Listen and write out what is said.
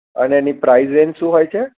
અને એની price range શું હોય છે